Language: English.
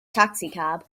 taxicab